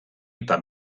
eta